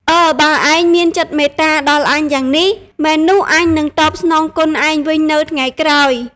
អឺ! បើឯងមានចិត្តមេត្តាដល់អញយ៉ាងនេះ មែននោះ អញនឹងតបស្នងគុណឯងវិញនៅថ្ងៃក្រោយ!